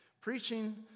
preaching